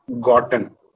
gotten